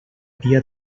via